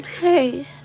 Hey